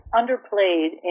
underplayed